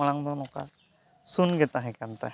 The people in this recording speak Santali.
ᱢᱟᱲᱟᱝ ᱫᱚ ᱱᱚᱠᱟ ᱥᱩᱱᱜᱮ ᱛᱟᱦᱮᱸᱠᱟᱱ ᱛᱟᱦᱮᱫ